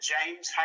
James